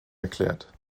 erklärt